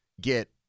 get